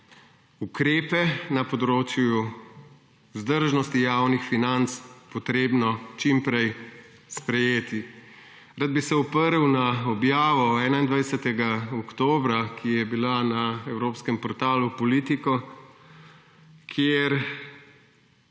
ukrepe na področju vzdržnosti javnih financ potrebno čim prej sprejeti. Rad bi se oprl na objavo 21. oktobra, ki je bila na evropskem portalu Politico –